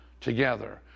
together